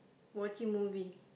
watching movie